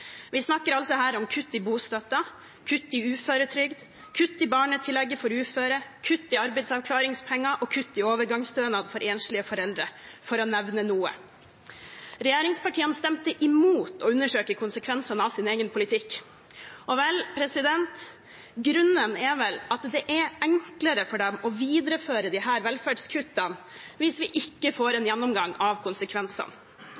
Vi snakker om kutt i bostøtten, kutt i uføretrygd, kutt i barnetillegget for uføre, kutt i arbeidsavklaringspenger og kutt i overgangsstønad for enslige foreldre – for å nevne noe. Regjeringspartiene stemte imot å undersøke konsekvensene av sin egen politikk. Grunnen er vel at det er enklere for dem å videreføre disse velferdskuttene hvis vi ikke får